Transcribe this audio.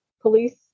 police